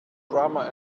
grammar